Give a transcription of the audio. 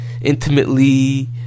Intimately